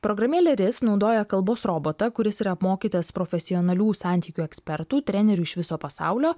programėlė riz naudoja kalbos robotą kuris yra apmokytas profesionalių santykių ekspertų trenerių iš viso pasaulio